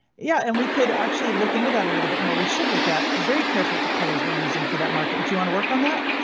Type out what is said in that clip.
yeah, and we could actually look into that a little bit more. we should look at very carefully at the colors were using for that market. do you want to work on that?